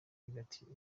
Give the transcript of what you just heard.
bigacika